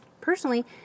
personally